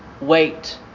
wait